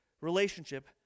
relationship